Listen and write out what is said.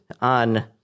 on